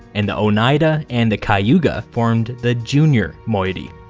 and the oneida and the cayuga formed the junior moiety.